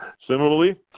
Similarly